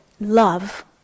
love